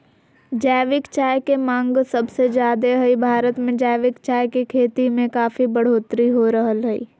जैविक चाय के मांग सबसे ज्यादे हई, भारत मे जैविक चाय के खेती में काफी बढ़ोतरी हो रहल हई